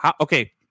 Okay